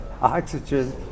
oxygen